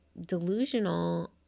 delusional